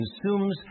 consumes